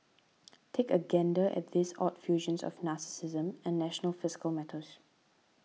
take a gander at these odd fusions of narcissism and national fiscal matters